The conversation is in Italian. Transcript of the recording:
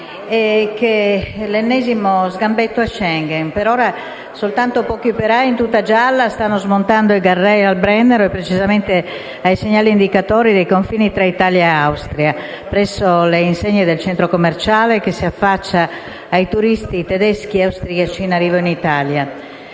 l'ennesimo sgambetto agli accordi di Schengen. Per ora soltanto pochi operai in tuta gialla stanno smontando i *guard rail* al Brennero e precisamente ai segnali indicatori dei confini tra Italia e Austria, presso le insegne del centro commerciale che si affaccia ai turisti tedeschi e austriaci in arrivo in Italia.